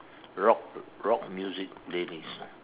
rock rock music playlist